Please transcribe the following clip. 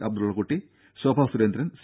Abdullakutty Shobha Surendran C